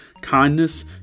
kindness